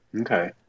Okay